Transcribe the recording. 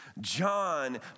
John